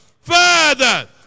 Father